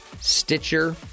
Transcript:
Stitcher